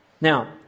Now